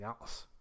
else